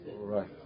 Right